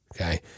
Okay